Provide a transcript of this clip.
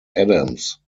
adams